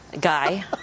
Guy